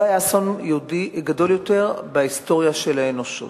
לא היה אסון יהודי גדול יותר בהיסטוריה של האנושות.